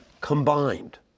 combined